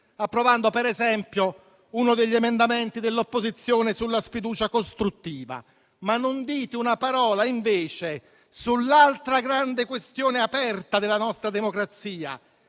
approvando, per esempio, uno degli emendamenti dell'opposizione sulla sfiducia costruttiva. Non dite una parola invece sull'altra grande questione aperta della nostra democrazia,